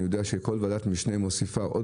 אני יודע שכל ועדת משנה מוסיפה עוד